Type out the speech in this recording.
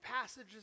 passages